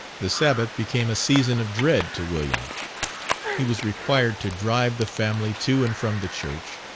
the sabbath became a season of dread to william he was required to drive the family to and from the church,